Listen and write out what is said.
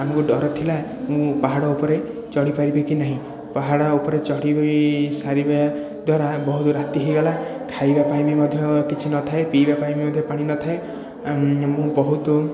ଆମକୁ ଡର ଥିଲା ମୁଁ ପାହାଡ଼ ଉପରେ ଚଢ଼ି ପାରିବି କି ନାହିଁ ପାହାଡ଼ ଉପରେ ଚଢ଼ିବି ସାରିବା ଦ୍ୱାରା ବହୁତ ରାତି ହେଇଗଲା ଖାଇବା ପାଇଁ ବି ମଧ୍ୟ କିଛି ନଥାଏ ପିଇବା ପାଇଁ ମଧ୍ୟ ପାଣି ନଥାଏ ମୁଁ ବହୁତ